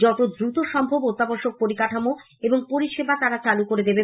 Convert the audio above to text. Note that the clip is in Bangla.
যত দ্রুত সম্ভব অত্যাবশকীয় পরিকাঠামো এবং পরিষেবা চালু করে দেবে